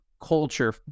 culture